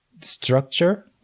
structure